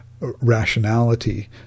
rationality